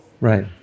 Right